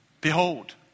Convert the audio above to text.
Behold